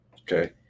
Okay